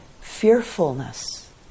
fearfulness